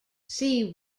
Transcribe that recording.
see